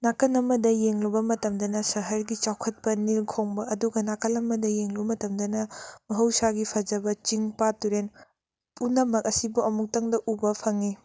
ꯅꯥꯀꯟ ꯑꯃꯗ ꯌꯦꯡꯂꯨꯕ ꯃꯇꯝꯗꯅ ꯁꯍꯔꯒꯤ ꯆꯥꯎꯈꯠꯄ ꯅꯤꯜ ꯈꯣꯡꯕ ꯑꯗꯨꯒ ꯅꯥꯀꯜ ꯑꯃꯗ ꯌꯦꯡꯂꯨꯕ ꯃꯇꯝꯗꯅ ꯃꯍꯧꯁꯥꯒꯤ ꯐꯖꯕ ꯆꯤꯡ ꯄꯥꯠ ꯇꯨꯔꯦꯟ ꯄꯨꯝꯅꯃꯛ ꯑꯁꯤ ꯑꯃꯨꯛꯇꯪꯗ ꯎꯕ ꯐꯪꯏ